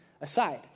aside